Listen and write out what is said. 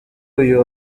uyu